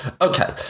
Okay